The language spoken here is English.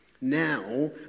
Now